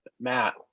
Matt